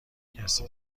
کسی